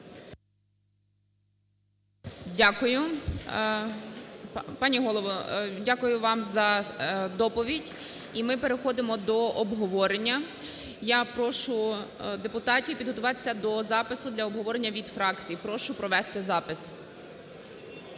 Дякую. Пані голово, дякую вам за доповідь. І ми переходимо до обговорення. Я прошу депутатів підготуватися до запису для обговорення від фракцій. Прошу провести запис.